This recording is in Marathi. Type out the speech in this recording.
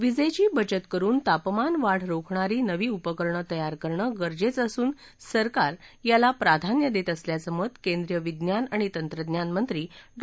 विजेची बचत करुन तापमान वाढ रोखणारी नवी उपकरणं तयार करणं गरजेचं असून सरकार याला प्राधान्य देत असल्याचं मत केंद्रीय विज्ञान आणि तंत्रज्ञान मंत्री डॉ